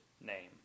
name